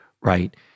Right